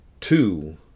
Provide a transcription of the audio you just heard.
two